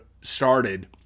started